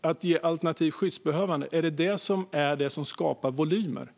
att ge denna rätt till alternativt skyddsbehövande som skapar volymer?